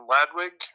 Ladwig